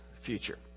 future